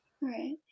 right